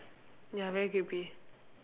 ya very creepy